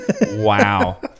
Wow